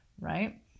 right